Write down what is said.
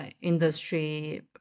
industry